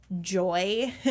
joy